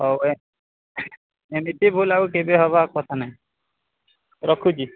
ହଉ ଭାଇ ଏମିତି ଭୁଲ ଆଉ କେବେ ହେବା କଥା ନାଇଁ ରଖୁଛି